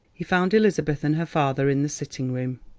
he found elizabeth and her father in the sitting-room.